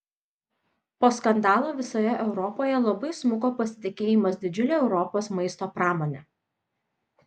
po skandalo visoje europoje labai smuko pasitikėjimas didžiule europos maisto pramone